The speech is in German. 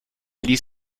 ließ